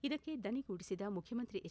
ಇದಕ್ಕೆ ದನಿಗೂಡಿಸಿದ ಮುಖ್ಯಮಂತ್ರಿ ಎಚ್